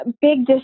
big